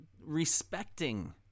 respecting